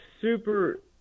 super